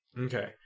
Okay